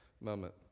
moment